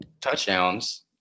touchdowns